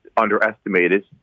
Underestimated